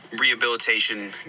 Rehabilitation